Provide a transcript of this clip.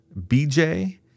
BJ